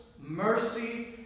mercy